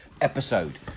episode